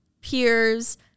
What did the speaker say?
peers